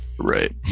Right